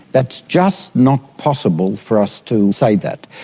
that's just not possible for us to say that.